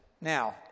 now